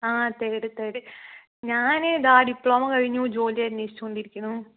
ആ third third ഞാൻ ദേ ഡിപ്ലോമ കഴിഞ്ഞു ജോലി അന്യോഷിച്ചുകൊണ്ടിരിക്കുന്നു